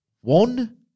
One